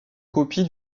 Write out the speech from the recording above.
copie